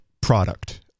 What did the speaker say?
product